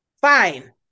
Fine